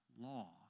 law